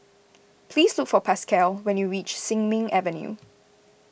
please look for Pasquale when you reach Sin Ming Avenue